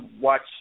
watch